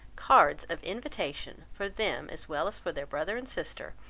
cards of invitation for them as well as for their brother and sister,